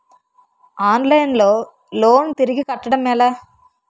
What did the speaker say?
Online లో loan తిరిగి కట్టడం ఎలా?